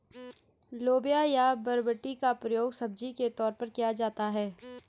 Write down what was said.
लोबिया या बरबटी का प्रयोग सब्जी के तौर पर किया जाता है